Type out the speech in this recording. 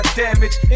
damage